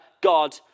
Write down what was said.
God